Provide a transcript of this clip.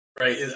right